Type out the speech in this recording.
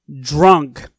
drunk